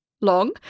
long